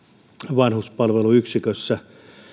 vanhuspalveluyksikössä